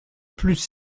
plus